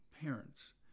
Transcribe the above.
parents